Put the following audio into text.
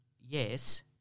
Yes